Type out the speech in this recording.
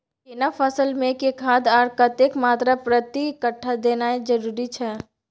केना फसल मे के खाद आर कतेक मात्रा प्रति कट्ठा देनाय जरूरी छै?